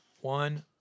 One